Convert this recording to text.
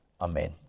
Amen